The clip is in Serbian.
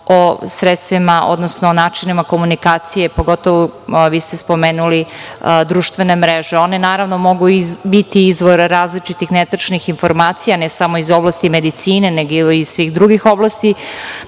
o sredstvima, odnosno o načinima komunikacije pogotovu, vi ste spomenuli društvene mreže, one naravno mogu biti izvorrazličitih netačnih informacija, ne samo iz oblasti medicine, nego i svih drugih oblasti,